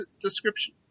description